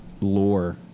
lore